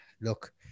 look